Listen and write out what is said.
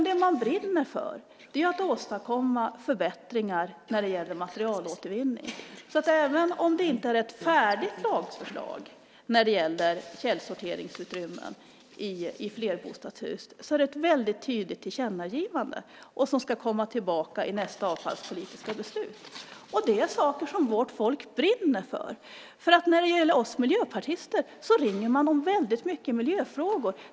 Det man brinner för är att åstadkomma förbättringar när det gäller materialåtervinning. Även om detta inte är ett färdigt lagförslag när det gäller källsorteringsutrymmen i flerbostadshus är det ett väldigt tydligt tillkännagivande och något som ska komma tillbaka i nästa avfallspolitiska beslut. Detta är saker som vårt folk brinner för. Man ringer oss miljöpartister väldigt mycket i miljöfrågor.